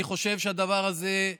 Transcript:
אני חושב שהדבר הזה הוא